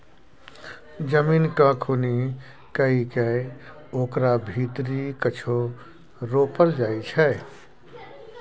जमीन केँ खुनि कए कय ओकरा भीतरी कुछो रोपल जाइ छै